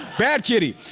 bad kitty.